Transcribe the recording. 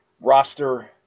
roster